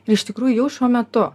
ir iš tikrųjų jau šiuo metu